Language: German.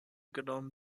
genommen